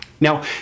Now